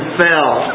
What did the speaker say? fell